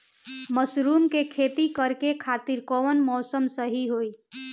Mushroom के खेती करेके खातिर कवन मौसम सही होई?